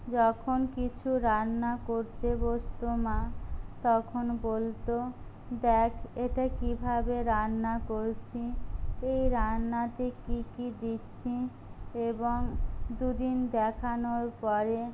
যখন কিছু রান্না করতে বসতো মা তখন বলতো দেখ এটা কীভাবে রান্না করছি এই রান্নাতে কী কী দিচ্ছি এবং দুদিন দেখানোর পরে